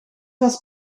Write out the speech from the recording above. was